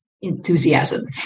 enthusiasm